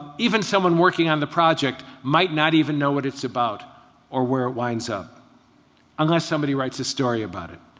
even someone working on the project might not even know what it's about or where it winds up. that's um unless somebody writes a story about it,